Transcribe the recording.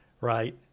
right